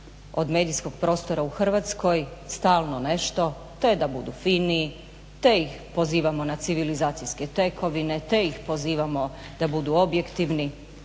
od medijskom prostora u Hrvatskoj stalno nešto, te da budu fini, te ih pozivamo na civilizacije tekovine, te ih pozivamo da budu objektivni.